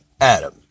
Adam